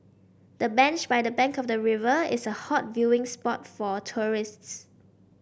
the bench by the bank of the river is a hot viewing spot for tourists